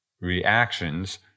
reactions